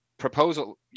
proposal